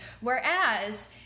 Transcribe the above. Whereas